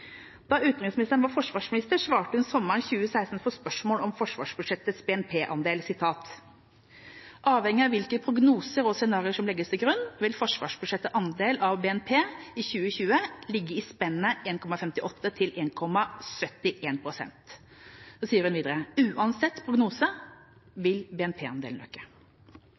Da utenriksministeren var forsvarsminister, svarte hun sommeren 2016 følgende på spørsmål om forsvarsbudsjettets BNP-andel i 2020: «Avhengig av hvilke prognoser og scenarier som legges til grunn, vil forsvarsbudsjettets andel av BNP i 2020 ligge i spennet 1,58 og 1,71 %.» Så sa hun videre: «Uansett prognose vil